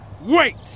WAIT